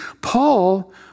Paul